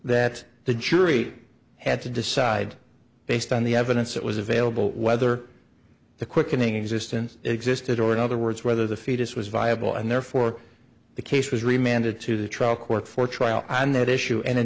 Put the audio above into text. that the jury had to decide based on the evidence that was available whether the quickening existence existed or in other words whether the fetus was viable and therefore the case was remanded to the trial court for trial on that issue an a